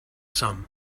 some